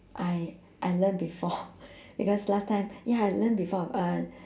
I I learn before because last time ya I learn before uh